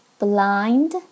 blind